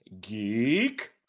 Geek